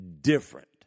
different